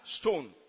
stone